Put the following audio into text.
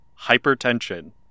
hypertension